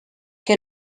que